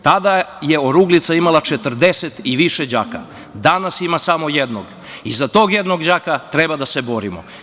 Tada je Oruglica imala 40 i više đaka, danas ima samo jednog i za tog jednog đaka treba da se borimo.